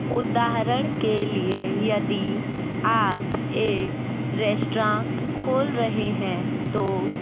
उदाहरण के लिए यदि आप एक रेस्तरां खोल रहे हैं तो